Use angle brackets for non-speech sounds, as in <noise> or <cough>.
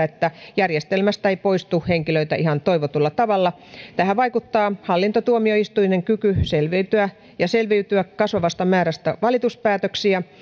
<unintelligible> että järjestelmästä ei poistu henkilöitä ihan toivotulla tavalla tähän vaikuttaa hallintotuomioistuinten kyky selviytyä kasvavasta määrästä valituspäätöksiä <unintelligible>